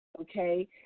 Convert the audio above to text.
okay